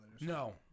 No